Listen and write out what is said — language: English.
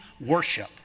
worship